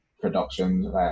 productions